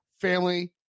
family